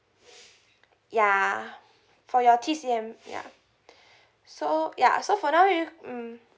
ya for your T_C_M ya so ya so for now you mm